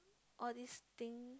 all these thing